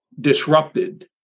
disrupted